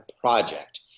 project